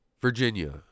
Virginia